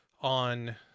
on